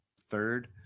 third